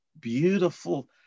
beautiful